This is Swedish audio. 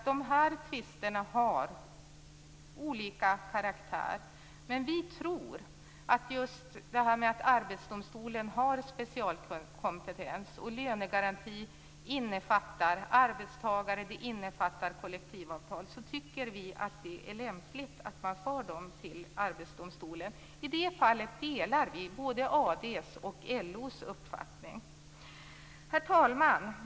De här tvisterna har olika karaktär. Men vi tycker att just det att Arbetsdomstolen har specialkompetens och att lönegaranti innefattar både arbetstagare och kollektivavtal gör det lämpligt att man för dem till Arbetsdomstolen. I det fallet delar vi både AD:s och LO:s uppfattning. Herr talman!